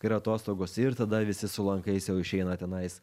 kai yra atostogos ir tada visi su lankais jau išeina tenais